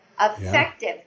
effective